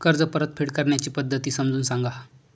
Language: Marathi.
कर्ज परतफेड करण्याच्या पद्धती समजून सांगा